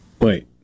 wait